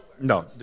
No